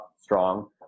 strong